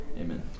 Amen